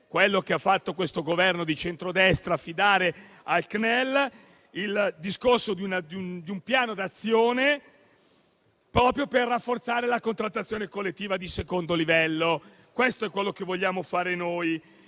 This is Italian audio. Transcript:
anche, come ha fatto questo Governo di centrodestra, affidare al CNEL il discorso di un piano d'azione, proprio per rafforzare la contrattazione collettiva di secondo livello. Questo è quello che vogliamo fare noi.